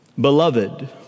Beloved